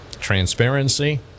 Transparency